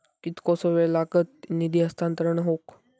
कितकोसो वेळ लागत निधी हस्तांतरण हौक?